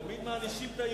תמיד מענישים את היהודים.